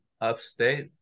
upstate